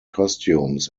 costumes